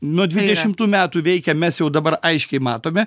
nuo dvidešimtų metų veikia mes jau dabar aiškiai matome